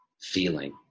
feeling